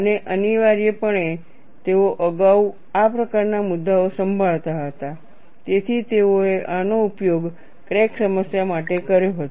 અને અનિવાર્યપણે તેઓ અગાઉ આ પ્રકારના મુદ્દાઓ સંભાળતા હતા તેથી તેઓએ આનો ઉપયોગ ક્રેક સમસ્યા માટે કર્યો હતો